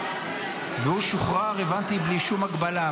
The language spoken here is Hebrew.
והבנתי שהוא שוחרר בלי שום הגבלה,